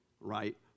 right